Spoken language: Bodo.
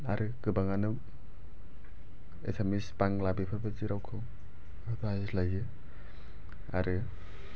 आरो गोबाङानो एसामिस बांला बेफोरबायदि रावखौ रायज्लायो आरो